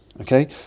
Okay